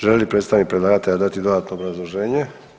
Želi li predstavnik predlagatelja dati dodatno obrazloženje?